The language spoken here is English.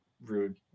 rude